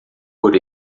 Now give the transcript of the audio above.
por